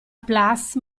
place